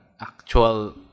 actual